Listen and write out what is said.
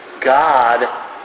God